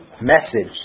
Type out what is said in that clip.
message